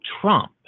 trump